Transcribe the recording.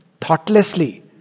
thoughtlessly